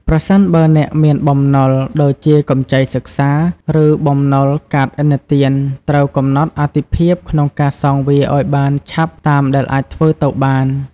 ប្រសិនបើអ្នកមានបំណុល ដូចជាកម្ចីសិក្សា ឬបំណុលកាតឥណទាន ត្រូវកំណត់អាទិភាពក្នុងការសងវាឱ្យបានឆាប់តាមដែលអាចធ្វើទៅបាន។